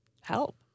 help